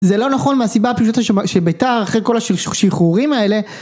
זה לא נכון מהסיבה הפשוטה שב...שבתא אחרי כל השח...השחרורים האלה